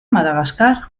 madagascar